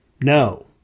No